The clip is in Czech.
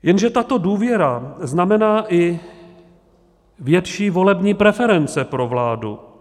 Jenže tato důvěra znamená i větší volební preference pro vládu.